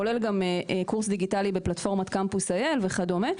כולל גם קורס דיגיטלי בפלטפורמת קמפוס IL וכדומה,